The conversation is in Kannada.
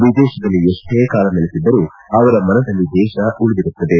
ವಿದೇಶದಲ್ಲಿ ಎಷ್ಷೇ ಕಾಲ ನೆಲೆಸಿದ್ದರೂ ಅವರ ಮನದಲ್ಲಿ ದೇಶ ಉಳಿದಿರುತ್ತದೆ